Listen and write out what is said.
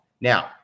Now